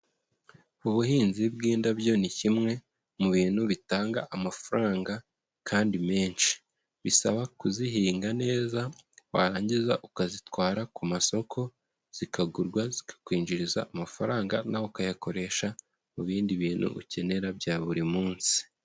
Ubuhinzi bw'indabyo ni kimwe mu bintu bitanga amafaranga kandi menshi, bisaba kuzihinga neza warangiza ukazitwara ku masoko zikagurwa zikikwinjiriza amafaranga na we ukayakoresha mu bindi bintu ukenera bya buri munsi.